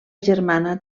germana